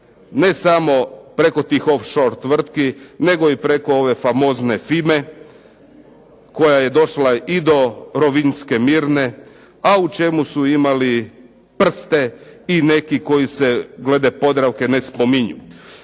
ne samo preko tih off shore tvrtki, nego i preko ove famozne "FIMA"-e koja je došla i do rovinjske "Mirne" a u čemu su imali prste i neki koji se glede "Podravke" već spominju.